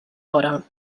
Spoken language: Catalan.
fora